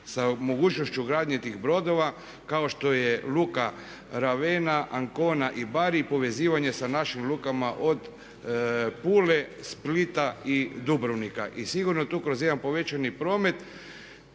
sa mogućnošću gradnje tih brodova kao što je luka Ravena, Ancona i Bari i povezivanje sa našim lukama od Pule, Splita i Dubrovnika. I sigurno tu kroz jedan povećani promet